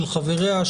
של חבריה,